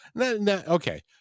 Okay